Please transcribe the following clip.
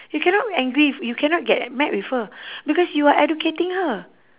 you cannot angry you cannot get mad with her because you are educating her